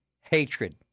hatred